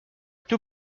petit